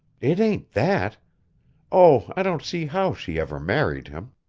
it ain't that oh, i don't see how she ever married him.